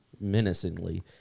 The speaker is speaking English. menacingly